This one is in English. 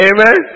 Amen